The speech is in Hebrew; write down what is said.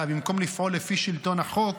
במקום לפעול לפי שלטון החוק,